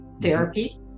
therapy